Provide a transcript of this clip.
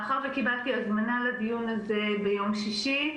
מאחר וקיבלתי הזמנה לדיון הזה ביום שישי,